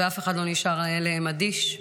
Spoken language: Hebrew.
אף אחד לא נשאר אדיש להם.